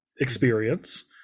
experience